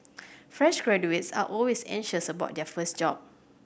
fresh graduates are always anxious about their first job